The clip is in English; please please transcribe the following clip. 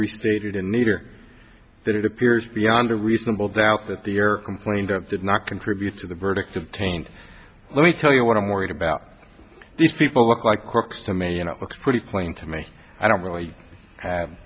restated a need or that it appears beyond a reasonable doubt that the error complained of did not contribute to the verdict of taint let me tell you what i'm worried about these people look like crooks to me and it looks pretty plain to me i don't really have